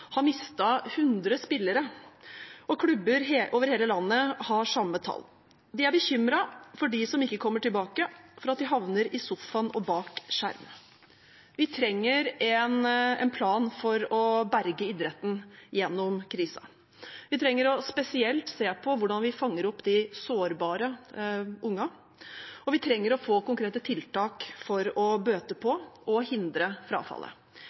har mistet 100 spillere. Klubber over hele landet har de samme tallene. De er bekymret for dem som ikke kommer tilbake, for at de skal havne i sofaen og bak en skjerm. Vi trenger en plan for å berge idretten gjennom krisen. Vi trenger spesielt å se på hvordan vi kan fange opp de sårbare ungene, og vi trenger konkrete tiltak for å bøte på eller hindre frafallet.